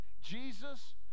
jesus